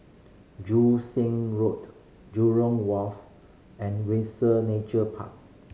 Joo Seng Road Jurong Wharf and Windsor Nature Park